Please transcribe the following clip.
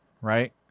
Right